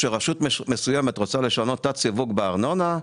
כשרשות מסוימת רוצה לשנות תת-סיווג בארנונה,